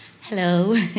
Hello